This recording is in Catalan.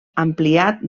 ampliat